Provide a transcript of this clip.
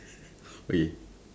okay